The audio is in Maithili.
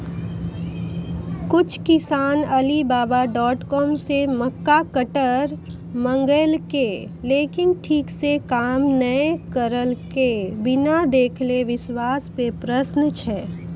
कुछ किसान अलीबाबा डॉट कॉम से मक्का कटर मंगेलके लेकिन ठीक से काम नेय करलके, बिना देखले विश्वास पे प्रश्न छै?